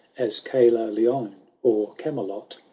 as caerleon or gamelot,